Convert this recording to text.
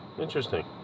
interesting